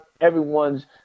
everyone's